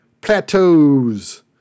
plateaus